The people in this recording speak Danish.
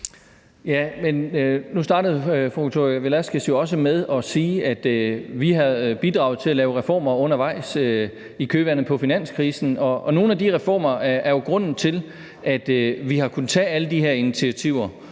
Nu startede fru Victoria Velasquez jo også med at sige, at vi har bidraget til at lave reformer undervejs i kølvandet på finanskrisen, og nogle af de reformer er jo grunden til, at vi har kunnet tage alle de her initiativer,